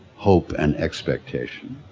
hope and expectation.